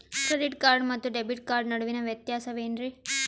Credit card ಮತ್ತು debit card ನಡುವಿನ ವ್ಯತ್ಯಾಸ ವೇನ್ರೀ?